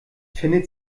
findet